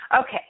Okay